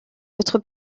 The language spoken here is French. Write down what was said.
autre